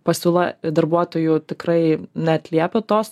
pasiūla darbuotojų tikrai neatliepia tos